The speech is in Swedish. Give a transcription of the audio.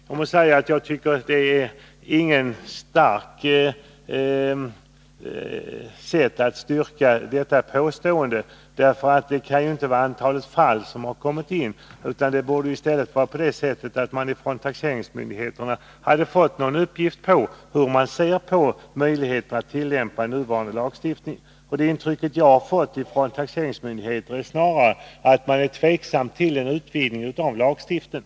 Jag måste säga att jag tycker att det inte är något starkt sätt att styrka påståendet, för det kan ju inte gälla antalet fall som har kommit in, utan det borde i stället vara på det sättet att man från taxeringsmyndigheterna hade fått någon uppgift om hur dessa ser på möjligheterna att tillämpa nuvarande lagstiftning. Det intryck jag har fått från taxeringsmyndigheterna är snarare att man är tveksam till en utvidgning av lagstiftningen.